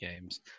games